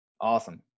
Awesome